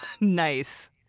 Nice